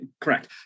Correct